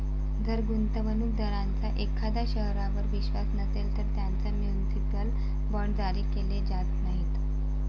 जर गुंतवणूक दारांचा एखाद्या शहरावर विश्वास नसेल, तर त्यांना म्युनिसिपल बॉण्ड्स जारी केले जात नाहीत